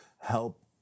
help